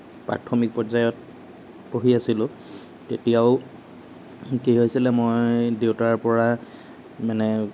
প্ৰাথমিক পৰ্যায়ত পঢ়ি আছিলোঁ তেতিয়াও কি হৈছিলে মই দেউতাৰ পৰাই মানে